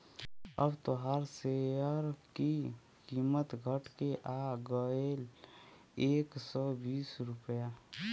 अब तोहार सेअर की कीमत घट के आ गएल एक सौ बीस रुपइया